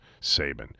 Saban